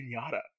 pinata